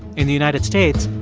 in the united states,